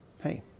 Hey